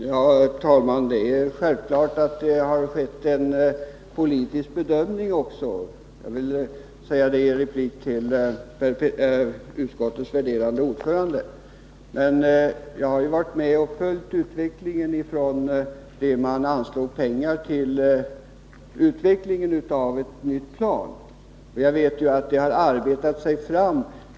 Herr talman! Det är självklart att det har skett en politisk bedömning. Jag vill säga det som en replik till utskottets värderade ordförande. Men jag har varit med och följt utvecklingen från den tidpunkt då man anslog pengar till utveckling av ett nytt plan, och jag vet att det hela har arbetat sig fram.